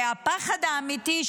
והפחד האמיתי,